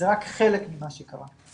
זה רק חלק ממה שקרה.